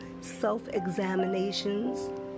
self-examinations